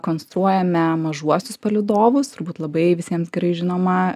konstruojame mažuosius palydovus turbūt labai visiems gerai žinoma